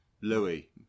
Louis